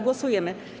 Głosujemy.